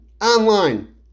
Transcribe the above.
online